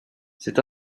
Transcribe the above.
c’est